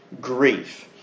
grief